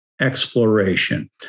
exploration